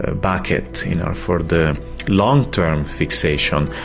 ah bucket you know for the long term fixation.